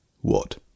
What